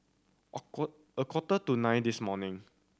a a quarter to nine this morning